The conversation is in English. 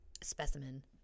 specimen